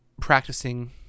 practicing